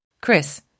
Chris